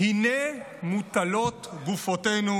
"הינה מוטלות גופותינו"